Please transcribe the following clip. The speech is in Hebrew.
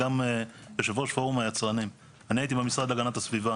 אני מנהל חברה שהיה לה 14 קווי ייצור.